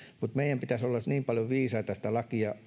mutta meidän pitäisi olla niin paljon viisaita sitä lakia